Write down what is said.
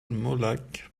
molac